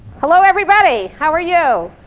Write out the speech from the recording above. hello, everybody. how are you?